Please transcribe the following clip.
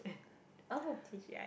oh t_g_i_f